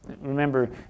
Remember